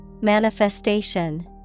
Manifestation